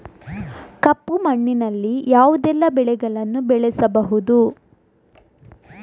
ಕಪ್ಪು ಮಣ್ಣಿನಲ್ಲಿ ಯಾವುದೆಲ್ಲ ಬೆಳೆಗಳನ್ನು ಬೆಳೆಸಬಹುದು?